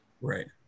Right